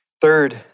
Third